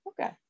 okay